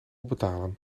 betalen